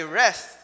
rest